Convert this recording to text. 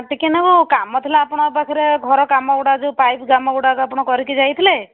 ଟିକେନାକୁ କାମ ଥିଲା ଆପଣଙ୍କ ପାଖରେ ଘର କାମଗୁଡ଼ା ଯେଉଁ ପାଇପ କାମ ଗୁଡ଼ାକ ଆପଣ କରିକି ଯାଇଥିଲେ